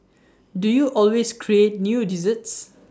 do you always create new desserts